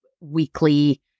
weekly